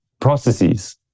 processes